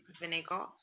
vinegar